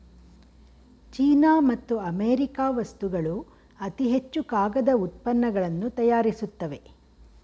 China ಮತ್ತು America ವಸ್ತುಗಳು ಅತಿ ಹೆಚ್ಚು ಕಾಗದ ಉತ್ಪನ್ನಗಳನ್ನು ತಯಾರಿಸುತ್ತವೆ